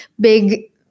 big